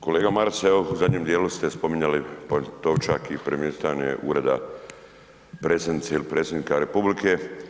Kolega Maras, evo u zadnjem dijelu ste spominjali Pantovčak i premještanje Ureda predsjednice ili predsjednika republike.